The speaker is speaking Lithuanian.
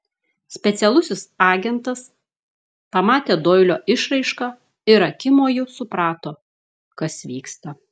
specialusis agentas pamatė doilio išraišką ir akimoju suprato kas vyksta